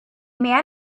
man